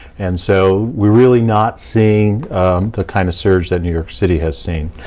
and so, we're really not seeing the kind of surge that new york city has seen,